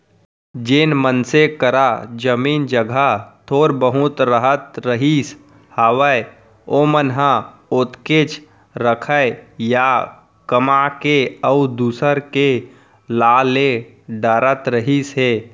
जेन मनसे करा जमीन जघा थोर बहुत रहत रहिस हावय ओमन ह ओतकेच रखय या कमा के अउ दूसर के ला ले डरत रहिस हे